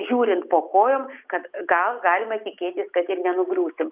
žiūrint po kojom kad gal galima tikėtis kad ir nenugrūsim